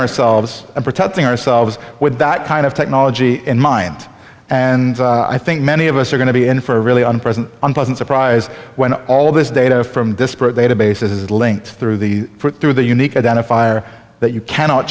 ourselves for protecting ourselves with that kind of technology in mind and i think many of us are going to be in for a really unpleasant unpleasant surprise when all this data from disparate databases is linked through the through the unique identifier that you cannot